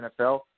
NFL